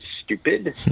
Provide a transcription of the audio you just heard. stupid